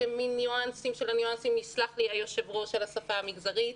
שהן מין ניואנסים של הניואנסים ויסלח לי היו"ר על השפה המגזרית.